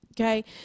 Okay